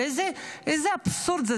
איזה אבסורד זה.